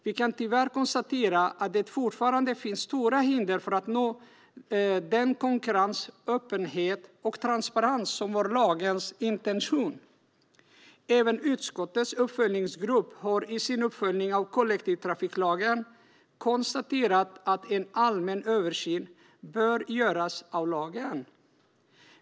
Vi kan tyvärr konstatera att det fortfarande finns stora hinder för att nå den konkurrens, öppenhet och transparens som var lagens intention. Även utskottets uppföljningsgrupp har i sin uppföljning av kollektivtrafiklagen konstaterat att en allmän översyn av lagen bör göras.